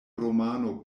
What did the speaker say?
romano